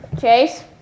Chase